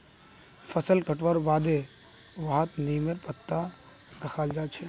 फसल कटवार बादे वहात् नीमेर पत्ता रखाल् जा छे